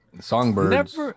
Songbirds